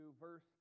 verse